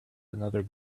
another